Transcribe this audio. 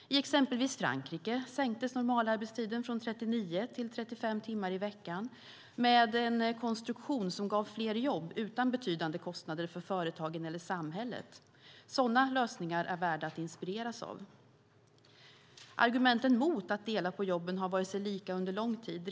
I exempelvis Frankrike sänktes normalarbetstiden från 39 till 35 timmar i veckan med en konstruktion som gav fler jobb utan betydande kostnader för företagen eller samhället. Sådana lösningar är värda att inspireras av. Argumenten mot att dela på jobben har varit sig lika under lång tid.